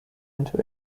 into